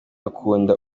akunda